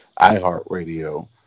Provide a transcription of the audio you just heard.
iHeartRadio